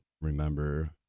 remember